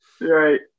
right